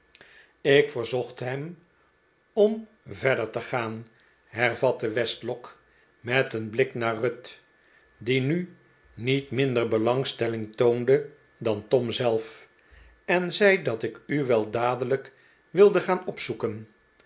ik verzocht hem om verder te gaan hervatte westlock met een blik naar ruth die nu niet minder belangstelling toonde dan tom zelf en zei dat ik u wel dadelijk wilde gaan opzoeken